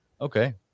okay